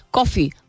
Coffee